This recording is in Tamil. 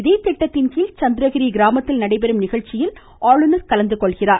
இதே திட்டத்தின்கீழ் சந்திரகிரி கிராமத்தில் நடைபெறும் நிகழ்ச்சியிலும் அவர் கலந்துகொளகிறார்